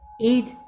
eat